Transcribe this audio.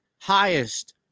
highest